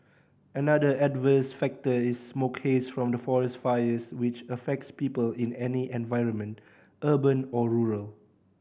another adverse factor is smoke haze from forest fires which affects people in any environment urban or rural